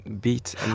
beat